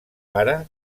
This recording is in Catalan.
pare